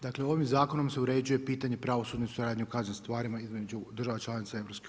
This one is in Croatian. Dakle ovim zakonom se uređuje pitanje pravosudne suradnje u kaznenim stvarima između država članica EU.